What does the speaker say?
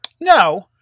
No